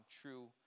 true